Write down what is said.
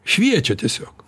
šviečia tiesiog